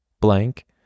blank